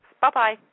Bye-bye